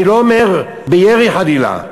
אני לא אומר בירי, חלילה.